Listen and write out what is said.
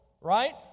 right